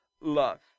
love